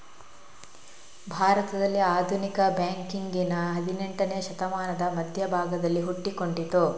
ಭಾರತದಲ್ಲಿ ಆಧುನಿಕ ಬ್ಯಾಂಕಿಂಗಿನ ಹದಿನೇಂಟನೇ ಶತಮಾನದ ಮಧ್ಯ ಭಾಗದಲ್ಲಿ ಹುಟ್ಟಿಕೊಂಡಿತು